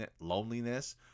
loneliness